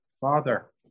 father